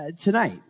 tonight